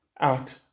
out